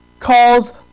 calls